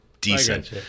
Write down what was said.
decent